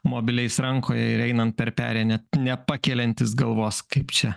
mobiliais rankoje ir einant per perėją ne nepakeliantys galvos kaip čia